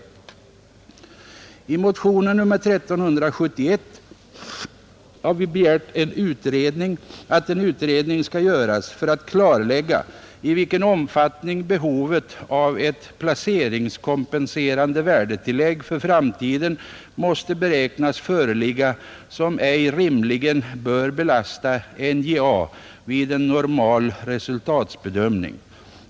I motionen nr 1371 har vi begärt att en utredning skall göras för att klarlägga i vilken omfattning behovet av ett ”placeringskompenserande” värdetillägg för framtiden måste beräknas föreligga, som ej rimligen bör belasta NJA vid en normal resultatbedömning.